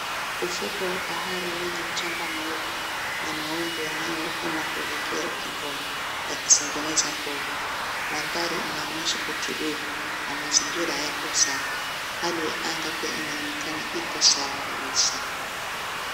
Ufuko wa bahari lenye mchanga mweupe na mawimbi yanayovuma yakielekea ukingoni . Yakitengeneza pofu .Mandhari inaonyesha utulivu. Na mazingira yako safi .Hali ya anga inaonekana iko sawa kabisa.